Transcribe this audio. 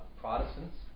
Protestants